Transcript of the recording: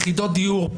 יחידות דיור,